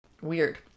Weird